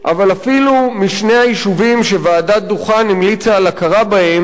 אבל אפילו בשני היישובים שוועדת-דוכן המליצה על הכרה בהם,